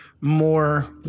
more